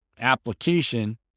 application